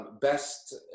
best